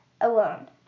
alone